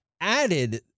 added